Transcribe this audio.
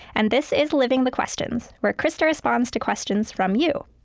and this is living the questions, where krista responds to questions from you.